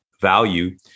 value